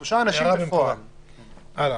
הלאה.